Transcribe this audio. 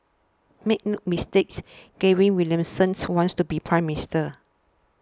make no mistakes Gavin Williamsons wants to be Prime Minister